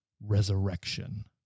resurrection